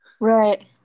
Right